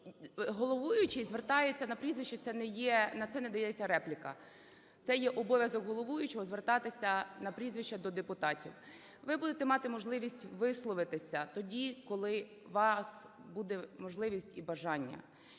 Головуючий звертається на прізвище, це не є… на це не дається репліка. Це є обов'язок головуючого – звертатися на прізвище до депутатів. Ви будете мати можливість висловитися тоді, коли у вас буде можливість і бажання.